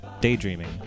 daydreaming